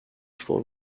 for